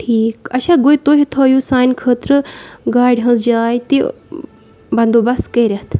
ٹھیٖک اچھا گوٚو تُہۍ تھٲیِو سانہِ خٲطرٕ گاڑِ ہٕنٛز جاے تہِ بندوبست کٔرِتھ